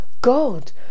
God